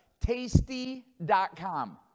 tasty.com